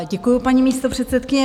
Děkuji, paní místopředsedkyně.